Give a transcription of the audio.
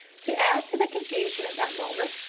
to add to the confusion at that moment,